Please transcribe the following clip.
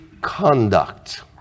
conduct